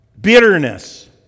bitterness